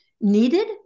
needed